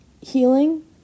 Healing